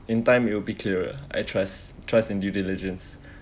in time you'll be cleared I trust trust in due diligence